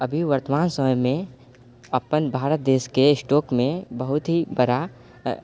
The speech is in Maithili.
अभी वर्तमान समयमे अपन भारत देशके स्टोकमे बहुत ही बड़ा